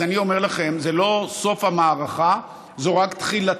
אז אני אומר לכם, זה לא סוף המערכה, זו רק תחילתה.